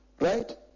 right